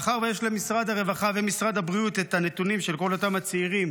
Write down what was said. מאחר שיש למשרד הרווחה ולמשרד הבריאות את הנתונים של כל אותם הצעירים,